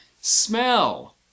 Smell